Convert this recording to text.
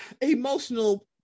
emotional